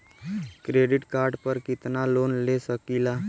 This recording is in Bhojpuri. क्रेडिट कार्ड पर कितनालोन ले सकीला?